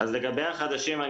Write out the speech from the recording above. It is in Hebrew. לגבי החדשים,